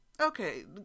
Okay